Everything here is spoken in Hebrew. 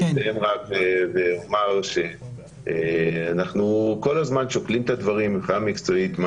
אני אסיים רק ואומר שאנחנו כל הזמן שוקלים את הדברים מבחינה מקצועית מה